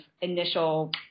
initial